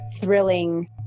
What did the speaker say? thrilling